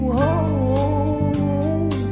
home